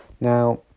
Now